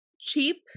cheap